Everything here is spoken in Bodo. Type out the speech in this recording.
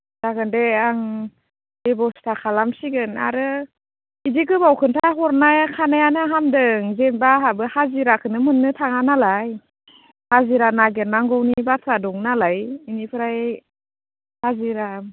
जागोन दे आं बेब'स्था खालामसिगोन आरो बिदि गोबाव खोनथा हरना खानायानो हामदों जेनेबा आंहाबो हाजिराखौनो मोननो थाङा नालाय हाजिरा नागिरनांगौनि बाथ्रा दं नालाय बेनिफ्राय हाजिरा